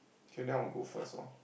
K then I'll go first loh